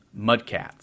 Mudcats